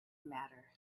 matter